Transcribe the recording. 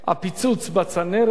הפיצוץ בצנרת,